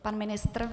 Pan ministr?